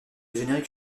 générique